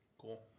cool